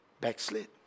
Backslid